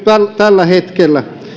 tällä hetkellä